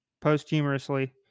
posthumously